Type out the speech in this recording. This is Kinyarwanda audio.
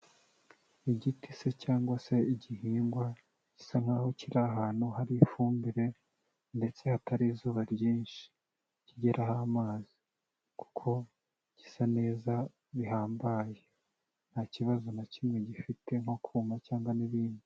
Igiti se cyangwa se igihingwa gisa nk'aho kiri ahantu hari ifumbire ndetse hatari izuba ryinshi. Kigeraho amazi. Kuko gisa neza bihambaye. Nta kibazo na kimwe gifite nko kuma cyangwa n'ibindi.